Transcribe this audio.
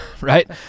right